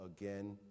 again